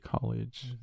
college